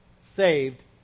saved